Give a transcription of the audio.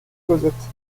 cosette